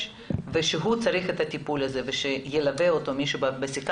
שהוא צריך את הטיפול הזה ושילווה אותו מישהו.